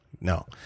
no